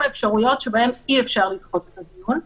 אפשרויות שבהן אי אפשר לדחות את הדיון,